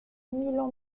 milan